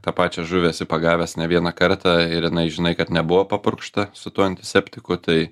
tą pačią žuvį pagavęs ne vieną kartą ir jinai žinai kad nebuvo papurkšta su tuo antiseptiku tai